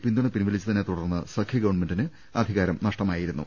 പിന്തുണ പിൻവലി ച്ചതിനെത്തുടർന്ന് സഖ്യ ഗവൺമെന്റിന് അധികാരം നഷ്ടമായിരുന്നു